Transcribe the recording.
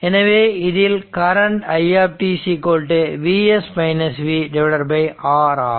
எனவே இதில் current i Vs V R ஆகும்